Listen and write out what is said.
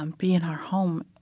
um be in our home.